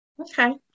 Okay